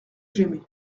j’aimai